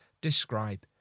describe